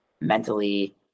mentally